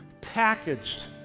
packaged